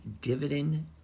dividend